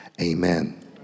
Amen